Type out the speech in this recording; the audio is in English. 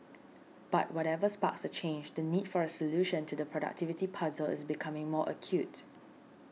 but whatever sparks a change the need for a solution to the productivity puzzle is becoming more acute